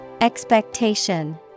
Expectation